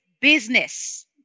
business